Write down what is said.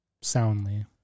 soundly